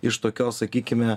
iš tokios sakykime